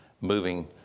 moving